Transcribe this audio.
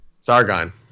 Sargon